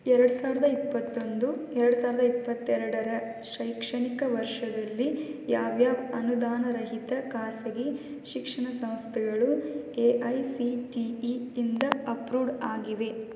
ಎರಡು ಸಾವಿರದ ಇಪ್ಪತ್ತೊಂದು ಎರಡು ಸಾವಿರದ ಇಪ್ಪತ್ತೆರಡರ ಶೈಕ್ಷಣಿಕ ವರ್ಷದಲ್ಲಿ ಯಾವ್ಯಾವ ಅನುದಾನರಹಿತ ಖಾಸಗಿ ಶಿಕ್ಷಣ ಸಂಸ್ಥೆಗಳು A I C T E ಇಂದ ಅಪ್ರೂಡ್ ಆಗಿವೆ